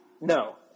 No